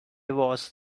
was